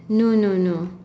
no no no